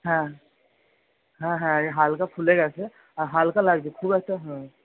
হ্যাঁ হ্যাঁ হ্যাঁ হালকা ফুলে গেছে আর হালকা লাগছে খুব একটা হুম